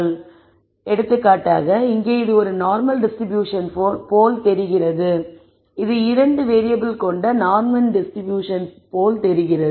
எனவே எடுத்துக்காட்டாக இங்கே இது ஒரு நார்மல் டிஸ்ட்ரிபியூஷன் போல் தெரிகிறது இது இரண்டு வேறியபிள் கொண்ட நார்மல் டிஸ்ட்ரிபியூஷன் போல் தெரிகிறது